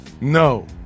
No